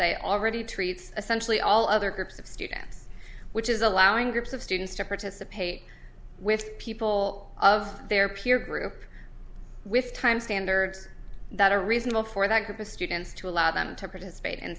say already treats essentially all other groups of students which is allowing groups of students to participate with people of their peer group with time standards that are reasonable for that group of students to allow them to participate